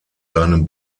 seinem